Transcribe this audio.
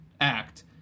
act